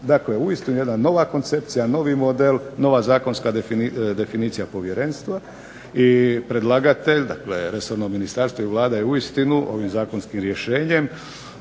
Dakle, uistinu jedna nova koncepcija, novi model, nova zakonska definicija povjerenstva. I predlagatelj, dakle resorno ministarstvo i Vlada je uistinu ovim zakonskim rješenjem,